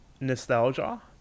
nostalgia